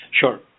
Sure